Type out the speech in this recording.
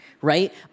Right